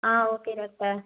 ah okay doctor